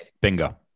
Bingo